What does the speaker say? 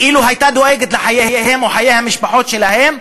אילו הייתה דואגת לחייהם או לחיי המשפחות שלהם,